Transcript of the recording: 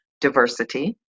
Diversity